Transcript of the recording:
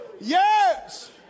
Yes